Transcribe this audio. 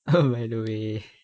oh by the way